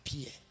appear